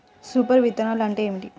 Super విత్తనాలు అంటే ఏమిటి?